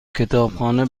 کتابخانه